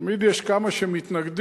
תמיד יש כמה שמתנגדים,